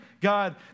God